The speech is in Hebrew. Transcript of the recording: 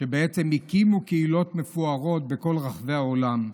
שהקימו קהילות מפוארות בכל רחבי העולם.